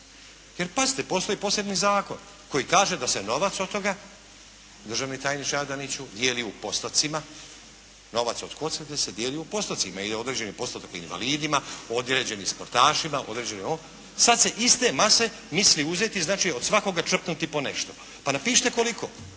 Jer pazite, postoji poseban zakon koji kaže da se novac od toga državni tajniče Adaniću dijeli u postocima. Novac od kocke se dijeli u postocima, ide određeni postotak invalidima, određeni sportašima. Sad se iz te mase misli uzeti, znači od svakoga čvrknuti po nešto. Pa napišite koliko,